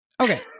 okay